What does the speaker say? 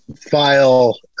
file